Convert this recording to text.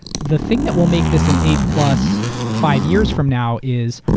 the thing that will make this an a plus five years from now is,